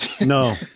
No